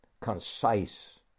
concise